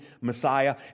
Messiah